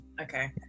Okay